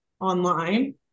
online